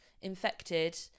infected